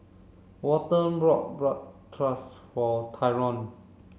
Walton bought for Tyron